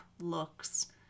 looks